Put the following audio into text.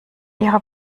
ihrer